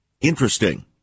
Interesting